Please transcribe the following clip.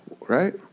right